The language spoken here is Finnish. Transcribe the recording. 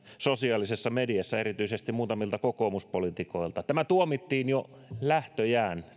sosiaalisessa mediassa erityisesti muutamilta kokoomuspoliitikoilta tämä meidän neuvottelulopputuloksemme tuomittiin jo lähtöjään